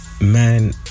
man